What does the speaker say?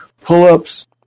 pull-ups